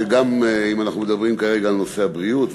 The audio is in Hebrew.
אם אנחנו מדברים כרגע על נושא הבריאות,